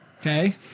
Okay